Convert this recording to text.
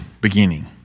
beginning